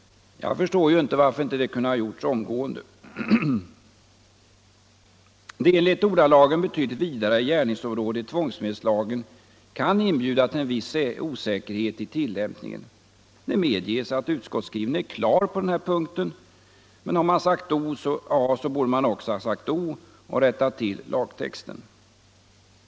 Jag förstår inte varför vi inte kunde ha gjort det omgående. Det enligt ordalagen betydligt vidare gärningsområdet i tvångsmedelslagen kan inbjuda till viss osäkerhet i tillämpningen. Det medges att utskottsskrivningen är klar på den här punkten, men har man sagt A borde man också ha sagt B och rättat till lagtexten.